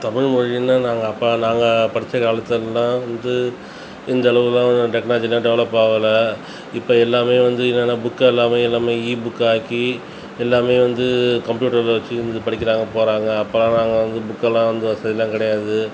தமிழ் மொழியில் நாங்கள் அப்போ நாங்கள் படித்த காலத்துலல்லாம் வந்து இந்தளவுலாம் டெக்னாலஜிலாம் டெவலப் ஆகல இப்போ எல்லாமே வந்து இன்னானா புக் எல்லாமே எல்லாமே இபுக்கா ஆக்கி எல்லாமே வந்து கம்ப்யூட்டரில் வச்சுருந்து படிக்கிறாங்க போகிறாங்க அப்போலாம் நாங்கள் வந்து பூக்கெல்லாம் வந்து வசதியெலாம் கிடையாது